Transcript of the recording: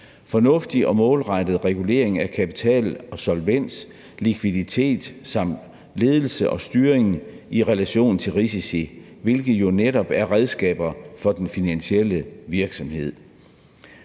fornuftig og målrettet regulering af kapital og solvens, likviditet samt ledelse og styring i relation til risici, hvilket jo netop er redskaber for den finansielle virksomhed.